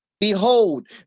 Behold